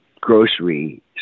grocery